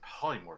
polymorph